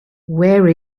where